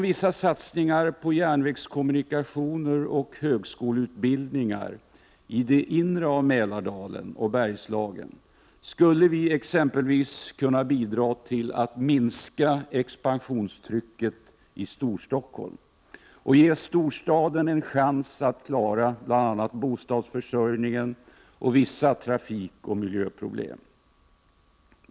Vissa satsningar på järnvägskommunikationer och högskoleutbildningar i det inre av Mälardalen och Bergslagen skulle exempelvis kunna bidra till att minska expansionstrycket i Storstockholm och ge storstaden en chans att klara bl.a. bostadsförsörjningen och vissa trafikoch miljöproblem.